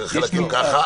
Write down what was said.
חלקים כך,